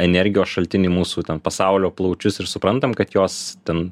energijos šaltinį mūsų ten pasaulio plaučius ir suprantam kad jos ten